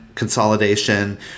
consolidation